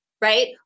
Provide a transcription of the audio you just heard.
right